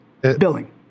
billing